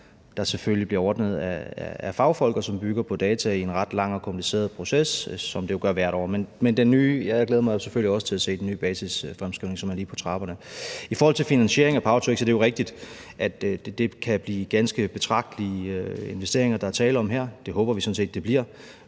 noget, der selvfølgelig bliver ordnet af fagfolk, og som bygger på data i en ret lang og kompliceret proces – som det jo gør hvert år. Jeg glæder mig selvfølgelig også til at se den nye basisfremskrivning, som er lige på trapperne. I forhold til finansiering af power-to-x er det jo rigtigt, at det kan blive ganske betragtelige investeringer, der er tale om her – det håber vi sådan set det bliver.